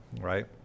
right